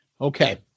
Okay